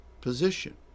position